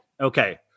okay